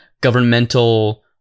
governmental